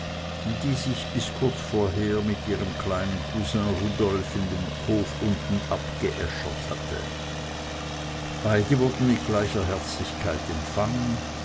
die sich bis kurz vorher mit ihrem kleinen cousin rudolf in dem hof unten abgeäschert hatte beide wurden mit gleicher herzlichkeit empfangen